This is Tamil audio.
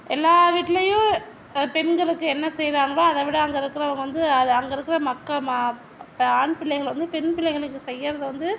எல்லா வீட்டிலயும் பெண்களுக்கு என்ன செய்கிறாங்களோ அதைவிட அங்கே இருக்கறவுங்க வந்து அது அங்கே இருக்கிற மக்க மா ஆண் பிள்ளைகள் வந்து பெண் பிள்ளைகளுக்கு செய்கிறது வந்து